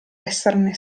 esserne